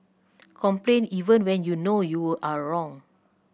complain even when you know you are wrong